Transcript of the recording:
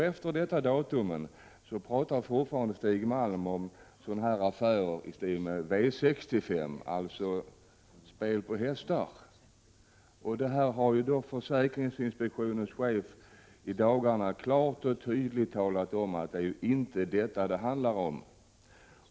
Efter detta datum pratar fortfarande Stig Malm om affärer i stil med V 65, alltså spel på hästar. Försäkringsinspektionens chef har i dagarna klart och tydligt talat om att det inte är detta det handlar om.